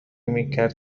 میکرد